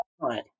right